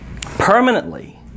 permanently